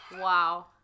Wow